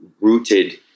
rooted